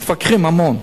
מתווכחים המון,